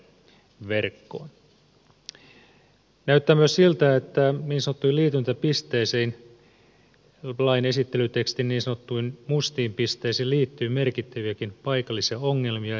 näyttää myös siltä että niin sanottuihin liityntäpisteisiin lain esittelytekstin niin sanottuihin mustiin pisteisiin liittyy merkittäviäkin paikallisia ongelmia